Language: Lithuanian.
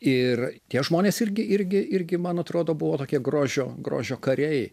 ir tie žmonės irgi irgi irgi man atrodo buvo tokie grožio grožio kariai